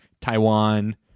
taiwan